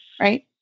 right